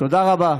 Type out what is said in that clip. תודה רבה.